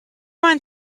mind